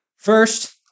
First